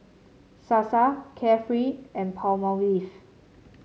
Sasa Carefree and Palmolive